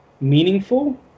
meaningful